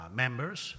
members